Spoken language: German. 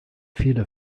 viele